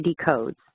codes